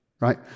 Right